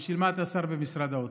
בשביל מה אתה שר במשרד האוצר?